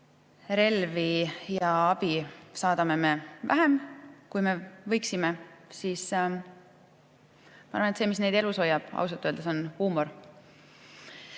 relvi ja muud abi saadame neile vähem, kui võiksime, siis ma arvan, et see, mis neid elus hoiab, on ausalt öeldes huumor.